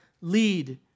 lead